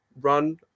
run